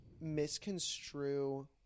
misconstrue